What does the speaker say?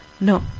No